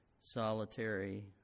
solitary